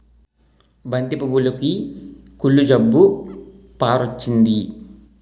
బంతి పువ్వులుకి కుళ్ళు జబ్బు పారొచ్చింది